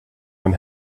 can